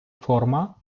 форма